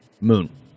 Moon